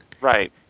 Right